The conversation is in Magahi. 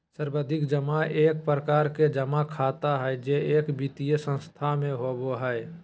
सावधि जमा एक प्रकार के जमा खाता हय जे एक वित्तीय संस्थान में होबय हय